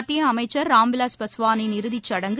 மத்திய அமைச்சர் ராம்விலாஸ் பஸ்வானின் இறுதிச் சடங்கு